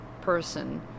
person